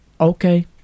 Okay